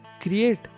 Create